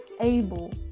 able